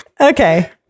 Okay